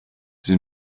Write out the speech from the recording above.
sie